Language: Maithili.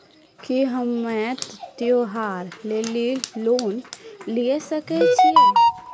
की हम्मय त्योहार लेली लोन लिये सकय छियै?